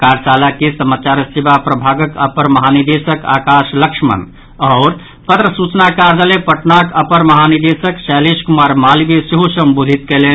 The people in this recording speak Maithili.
कार्यशाला के समाचार सेवा प्रभागक अपर महानिदेशक आकाश लक्ष्मण आओर पत्र सूचना कार्यालय पटनाक अपर महानिदेशक शैलेश कुमार मालवीय सेहो संबोधित कयलनि